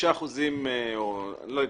99% או אני לא יודע,